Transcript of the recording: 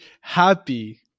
happy